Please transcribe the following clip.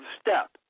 step